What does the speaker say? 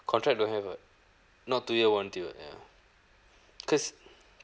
contract don't have [what] not two year warranty [what] ya cause